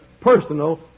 personal